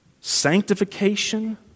sanctification